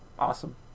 Awesome